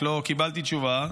רק לא קיבלתי תשובה,